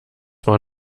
war